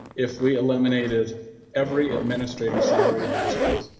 if we illuminated every administrator salary in the district,